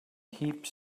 heaps